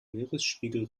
meeresspiegel